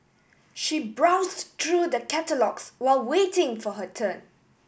she browsed through the catalogues while waiting for her turn